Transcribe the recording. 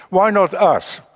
why not us?